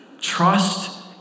Trust